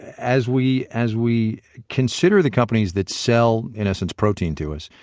as we as we consider the companies that sell in essence protein to us,